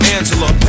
Angela